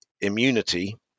immunity